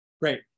Great